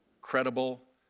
credible,